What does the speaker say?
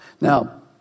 Now